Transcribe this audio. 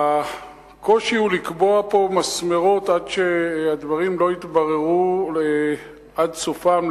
הקושי הוא לקבוע פה מסמרות עד שהדברים לא יתבררו עד סופם,